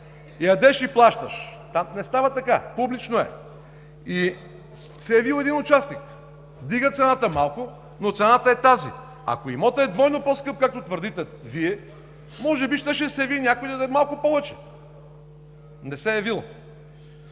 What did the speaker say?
– ядеш и плащаш. Там не става така – публично е! Явил се е един участник. Вдига цената малко, но цената е тази. Ако имотът е двойно по-скъп, както твърдите Вие, може би щеше да се яви някой и да даде малко повече. Не се е явил!